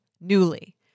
Newly